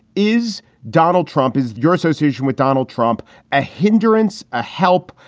is donald trump, is your association with donald trump a hindrance, a help?